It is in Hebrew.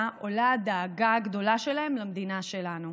עולה הדאגה הגדולה שלהם למדינה שלנו.